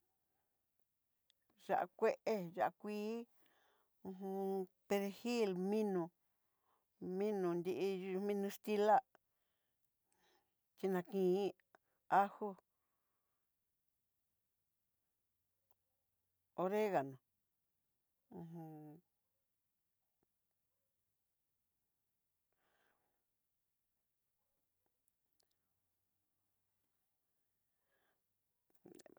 Ya'á kue, ya'á kuii, hu u perejil, minó, mino nrí, mino istilá, chinanki'i, ajo, oregano ho